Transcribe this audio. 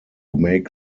make